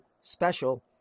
special